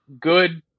good